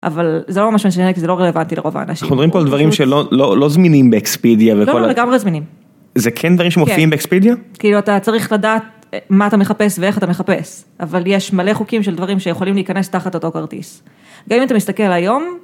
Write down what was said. אבל זה לא ממש משנה, כי זה לא רלוונטי לרוב האנשים. אנחנו מדברים פה על דברים שלא זמינים באקספידיה. לא, לא, לגמרי זמינים. זה כן דברים שמופיעים באקספידיה? כן. כאילו, אתה צריך לדעת מה אתה מחפש ואיך אתה מחפש. אבל יש מלא חוקים של דברים שיכולים להיכנס תחת אותו כרטיס. גם אם אתה מסתכל היום...